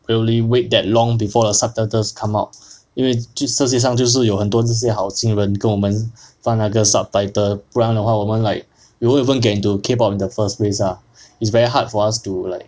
really wait that long before the subtitles come out 因为这是实际上就是有很多这些好心人跟我们发了那个 subtitle 不然的话我们 like you won't even get into K pop in the first place lah it's very hard for us to like